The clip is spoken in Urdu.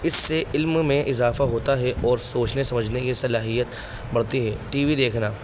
اس سے علم میں اضافہ ہوتا ہے اور سوچنے سمجھنے کی صلاحیت بڑھتی ہے ٹی وی دیکھنا